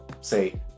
say